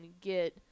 get